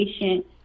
patient